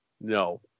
No